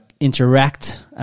Interact